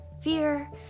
fear